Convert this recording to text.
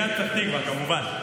בעיריית פתח תקווה, כמובן.